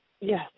Yes